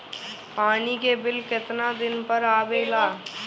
पानी के बिल केतना दिन पर आबे ला?